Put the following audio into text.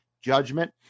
judgment